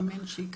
אמן שיקרה.